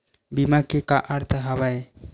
बीमा के का अर्थ हवय?